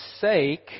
sake